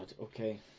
Okay